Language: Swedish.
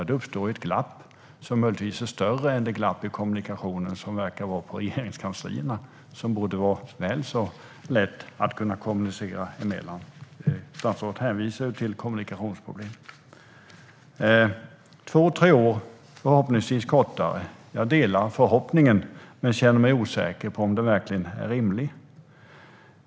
Då uppstår ett glapp som möjligtvis är större än det glapp i kommunikationen som verkar finnas på regeringens kanslier, som borde ha väl så lätt att kommunicera sinsemellan. Jag nämner detta eftersom statsrådet hänvisade till kommunikationsproblem. Två tre år - förhoppningsvis kortare. Jag delar statsrådets förhoppning, men jag känner mig osäker på om den verkligen är rimlig.